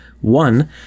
One